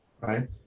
right